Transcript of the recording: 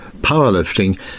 powerlifting